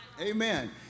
Amen